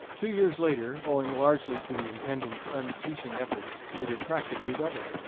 two years later, owing largely to the intendant's unceasing efforts, it had practically doubled.